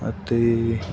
ಮತ್ತು